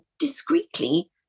Discreetly